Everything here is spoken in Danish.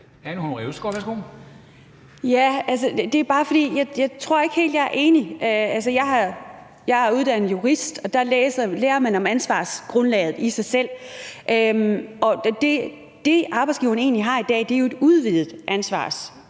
Jeg tror ikke helt, at jeg er enig. Altså, jeg er uddannet jurist, og der lærer man om ansvarsgrundlaget i sig selv. Og det, arbejdsgivere egentlig har i dag, er jo et udvidet ansvarsgrundlag